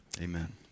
Amen